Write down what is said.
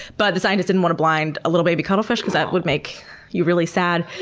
but the scientists didn't want to blind a little baby cuttlefish because that would make you really sad.